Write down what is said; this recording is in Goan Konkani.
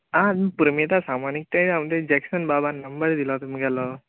आं तुम पुरुमेंता सामान इकताय आमच्या जॅक्सन बाबान नंबर दिला तुमगेलो